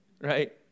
right